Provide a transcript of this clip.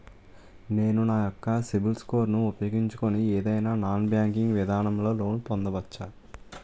నేను నా యెక్క సిబిల్ స్కోర్ ను ఉపయోగించుకుని ఏదైనా నాన్ బ్యాంకింగ్ విధానం లొ లోన్ పొందవచ్చా?